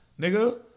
Nigga